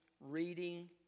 reading